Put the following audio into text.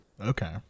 Okay